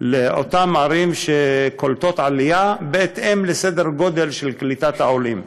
לאותן ערים שקולטות עלייה בהתאם לסדר הגודל של קליטת העולים.